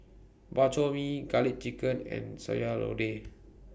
Bak Chor Mee Garlic Chicken and Sayur Lodeh